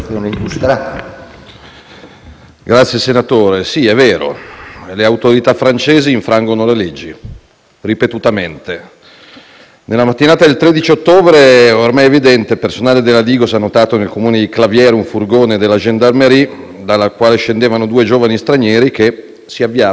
è vero, senatore: le autorità francesi infrangono la legge, ripetutamente. Nella mattinata del 13 ottobre - è ormai evidente - il personale della Digos ha notato nel Comune di Claviere un furgone della gendarmerie, dal quale scendevano due giovani stranieri che si avviavano verso i boschi.